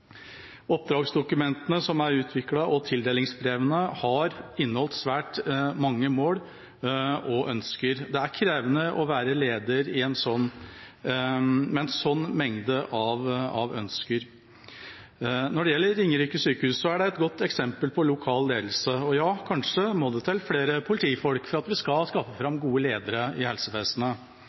Oppdragsdokumentene som er utviklet, og tildelingsbrevene, har inneholdt svært mange mål og ønsker. Det er krevende å være leder med en sånn mengde av ønsker. Ringerike sykehus er et godt eksempel på lokal ledelse. Ja, kanskje må det flere politifolk til for at vi skal skaffe fram gode ledere i helsevesenet.